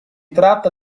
tratta